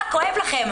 מה כואב להם?